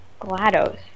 GLaDOS